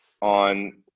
on